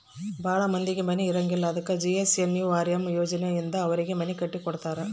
ಭಾಳ ಮಂದಿಗೆ ಮನೆ ಇರಂಗಿಲ್ಲ ಅದಕ ಜೆ.ಎನ್.ಎನ್.ಯು.ಆರ್.ಎಮ್ ಯೋಜನೆ ಇಂದ ಅವರಿಗೆಲ್ಲ ಮನೆ ಕಟ್ಟಿ ಕೊಡ್ತಾರ